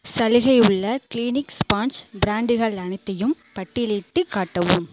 சலுகை உள்ள Kleenex sponge ப்ராண்டுகள் அனைத்தையும் பட்டியலிட்டுக் காட்டவும்